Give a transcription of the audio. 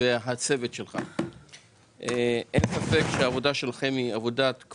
ועדת הכספים עבדה על זה.